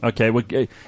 Okay